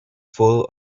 full